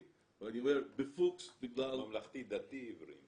--- ממלכתי-דתי עברי.